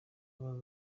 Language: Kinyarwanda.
uwo